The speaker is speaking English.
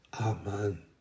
Amen